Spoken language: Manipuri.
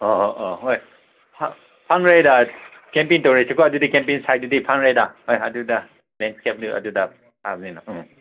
ꯑꯣ ꯑꯣ ꯍꯣꯏ ꯍꯥꯡꯔꯩꯗ ꯀꯦꯝꯄꯤꯡ ꯇꯧꯔꯁꯤꯀꯣ ꯑꯗꯨꯗꯤ ꯀꯦꯝꯄꯤꯡ ꯁꯥꯏꯠꯇꯨꯗꯤ ꯊꯥꯡꯂꯩꯗ ꯍꯣꯏ ꯑꯗꯨꯗ ꯂꯦꯟꯏꯁꯀꯦꯞ ꯂꯩ ꯑꯗꯨꯗ ꯌꯥꯕꯅꯤꯅ ꯎꯝ